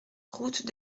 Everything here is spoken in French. route